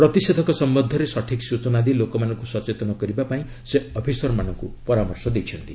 ପ୍ରତିଷେଧକ ସମ୍ବନ୍ଧରେ ସଠିକ୍ ସୂଚନା ଦେଇ ଲୋକମାନଙ୍କୁ ସଚେତନ କରିବା ପାଇଁ ସେ ଅଫିସରମାନଙ୍କୁ ପରାମର୍ଶ ଦେଇଛନ୍ତି